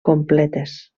completes